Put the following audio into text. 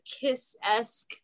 kiss-esque